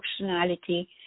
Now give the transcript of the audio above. functionality